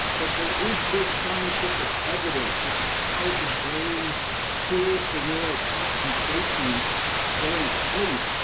but there is good scientific evidence that how the brain clears the neurotoxin proteins during sleep.